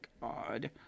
God